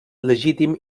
legítim